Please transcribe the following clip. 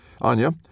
Anya